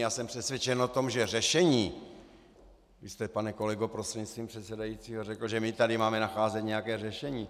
Já jsem přesvědčen o tom, že řešení vy jste pane kolego prostřednictvím pana předsedajícího, řekl, že my tady máme nacházet nějaké řešení.